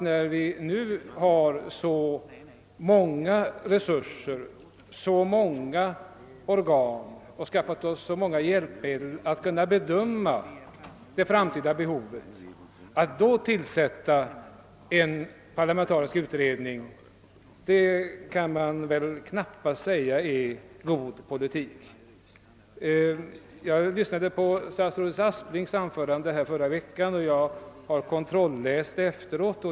När vi nu har så många organ som hjälpmedel för att bedöma det framtida behovet kan det väl knappast sägas vara en god politik att tillsätta en parlamentarisk utredning. Jag lyssnade på statsrådet Asplings anförande förra veckan, och jag har senare kontrolläst det.